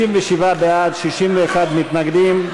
57 בעד, 61 מתנגדים.